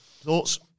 Thoughts